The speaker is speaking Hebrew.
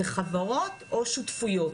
זה חברות או שותפויות.